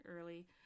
early